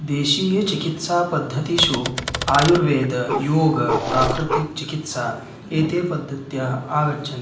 देशीयचिकित्सापद्धतीषु आयुर्वेदः योगः प्राकृतिकचिकित्साः एते पद्धत्याः आगच्छन्